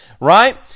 right